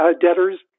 debtors